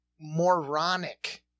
moronic